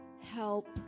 help